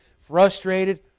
frustrated